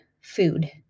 food